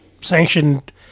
sanctioned